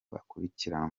akurikiranwe